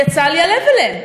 יצא לי הלב אליהם.